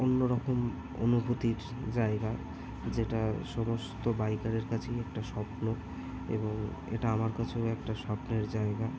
অন্যরকম অনুভূতির জায়গা যেটা সমস্ত বাইকারের কাছেই একটা স্বপ্ন এবং এটা আমার কাছেও একটা স্বপ্নের জায়গা